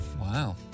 Wow